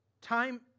Time